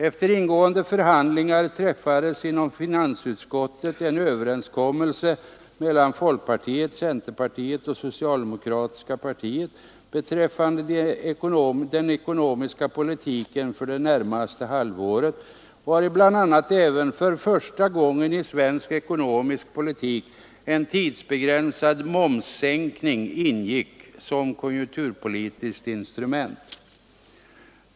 Efter ingående förhandlingar träffades inom finansutskottet en överenskommelse mellan folkpartiet, centerpartiet och socialdemokratiska partiet beträffande den ekonomiska politiken för det närmaste halvåret, vari bl.a. även för första gången i svensk ekonomisk politik en tidsbegränsad momssänkning ingick såsom konjunkturpolitiskt instrument.